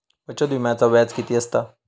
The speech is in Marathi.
बचत विम्याचा व्याज किती असता?